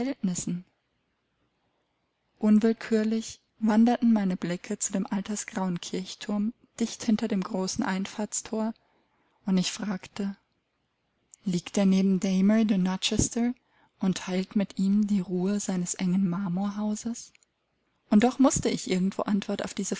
unwillkürlich wanderten meine blicke zu dem altersgrauen kirchturm dicht hinter dem großen einfahrtsthor und ich fragte liegt er neben damer de rochester und teilt mit ihm die ruhe seines engen marmorhauses und doch mußte ich irgendwo antwort auf diese